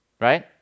Right